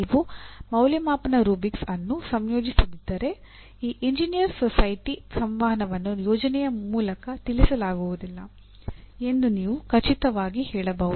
ನೀವು ಮೌಲ್ಯಮಾಪನ ರೂಬ್ರಿಕ್ಸ್ ಅನ್ನು ಸಂಯೋಜಿಸದಿದ್ದರೆ ಈ ಎಂಜಿನಿಯರ್ ಸೊಸೈಟಿ ಸಂವಹನವನ್ನು ಯೋಜನೆಯ ಮೂಲಕ ತಿಳಿಸಲಾಗುವುದಿಲ್ಲ ಎಂದು ನೀವು ಖಚಿತವಾಗಿ ಹೇಳಬಹುದು